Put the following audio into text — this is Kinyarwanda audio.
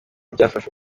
byafashe